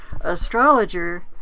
astrologer